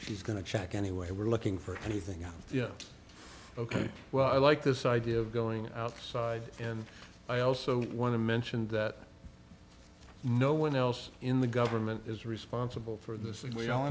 she's going to check anyway we're looking for anything ok well i like this idea of going outside and i also want to mention that no one else in the government is responsible for this